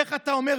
איך אתה אומר,